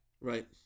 Right